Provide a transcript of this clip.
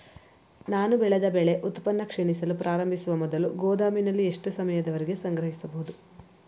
ನಾನು ಬೆಳೆದ ಬೆಳೆ ಉತ್ಪನ್ನ ಕ್ಷೀಣಿಸಲು ಪ್ರಾರಂಭಿಸುವ ಮೊದಲು ಗೋದಾಮಿನಲ್ಲಿ ಎಷ್ಟು ಸಮಯದವರೆಗೆ ಸಂಗ್ರಹಿಸಬಹುದು?